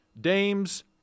Dames